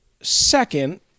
second